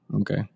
Okay